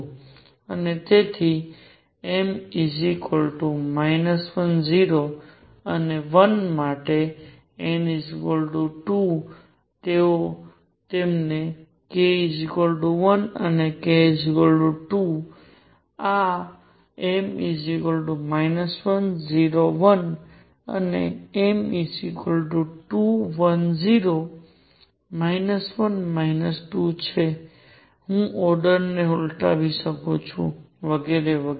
અને તેથી m 1 0 અને 1 માટે n 2 તેઓએ તમને k 1 અને k 2 આ m 1 0 1 અને m 2 1 0 1 2 છે હું ઓર્ડર ને ઉલટાવી શકુ છું વગેરે વગેરે